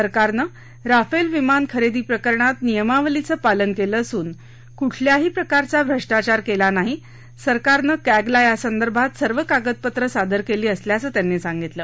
सरकारनं राफेल विमान खरेदी प्रकरणात नियमावलीचं पालन केलं असून कुठल्याही प्रकारचा भ्रष्टाचार केला नाही सरकारनं क्ट्रीला या संदर्भात सर्व कादगपत्रं सादर केली असल्याचं त्यांनी सांगितलं